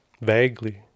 vaguely